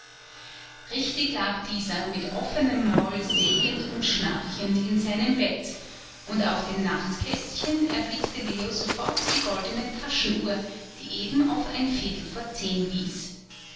richtig lag dieser mit offenem maul sägend und schnarchend in seinem bett und auf dem nachtkästchen erblickte leo sofort die goldene taschenuhr die eben auf ein viertel vor zehn wies